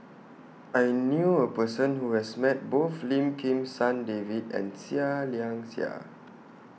I knew A Person Who has Met Both Lim Kim San David and Seah Liang Seah